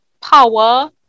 power